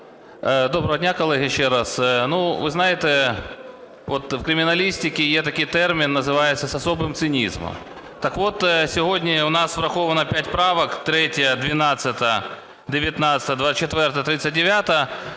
Доброго дня, колеги, ще раз. Ви знаєте, от в криміналістиці є такий термін, називається "с особым цинизмом". Так от, сьогодні у нас враховано 5 правок: 3-я, 12-а, 19-а, 24-а,